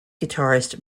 guitarist